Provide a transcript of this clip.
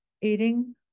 eating